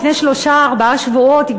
לפני שלושה או ארבעה שבועות,